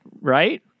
right